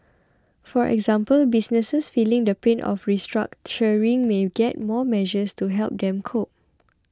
for example businesses feeling the pain of restructuring may get more measures to help them cope